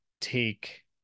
take